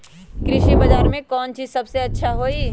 कृषि बजार में कौन चीज सबसे अच्छा होई?